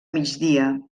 migdia